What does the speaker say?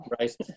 right